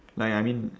like I mean